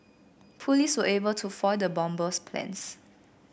police were able to foil the bomber's plans